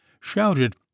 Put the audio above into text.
shouted